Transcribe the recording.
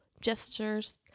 gestures